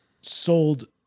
sold